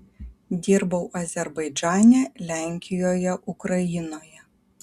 dirbau azerbaidžane lenkijoje ukrainoje